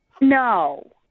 No